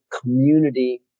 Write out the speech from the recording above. community